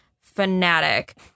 fanatic